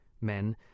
men